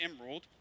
emerald